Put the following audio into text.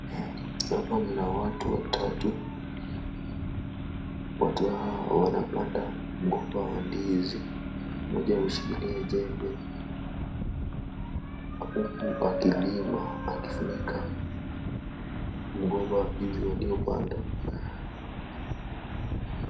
Hapa mna watu watatu, watu hawa wanapanda mgomba wa ndizi, mmoja ameshikilia jembe akilima akifunika mgomba wa ndizi waliopanda.